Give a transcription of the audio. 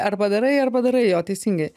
arba darai arba darai jo teisingai